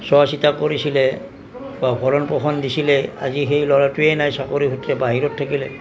চোৱা চিতা কৰিছিলে বা ভৰণ পোষণ দিছিলে আজি সেই ল'ৰাটোৱে নাই চাকৰিসূত্ৰে বাহিৰত থাকিলে